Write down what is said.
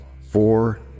four